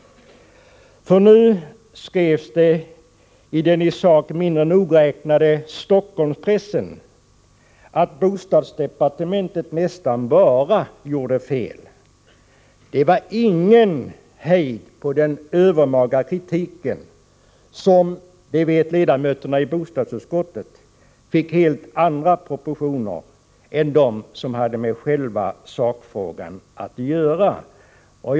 Nu skrevs det i den i sak mindre nogräknade Stockholmspressen att bostadsdepartementet nästan bara gjorde fel. Det var ingen hejd på den övermaga kritik som — det vet ledamöterna i bostadsutskottet — fick helt andra proportioner än vad själva sakfrågan kunde ge anledning till.